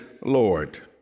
Lord